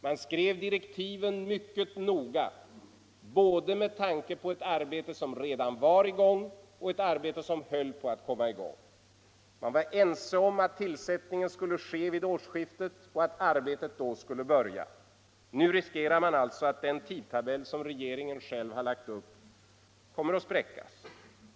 Man skrev direktiven mycket noga, både med tanke på ett arbete som redan var i gång och med tanke på ett arbete som höll på att komma i gång. Vi var ense om att tillsättningen skulle ske vid årsskiftet och att arbetet skulle börja då. Nu riskerar vi att den tidtabell som regeringen själv lagt upp för denna utredning kommer att spräckas.